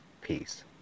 peace